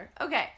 Okay